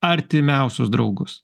artimiausius draugus